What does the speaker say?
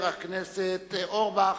חבר הכנסת אורבך.